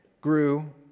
grew